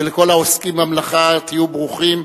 ולכל העוסקים במלאכה, תהיו ברוכים.